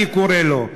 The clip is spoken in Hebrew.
אני קורא לו,